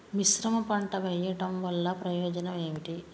మిశ్రమ పంట వెయ్యడం వల్ల ప్రయోజనం ఏమిటి?